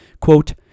Quote